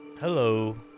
Hello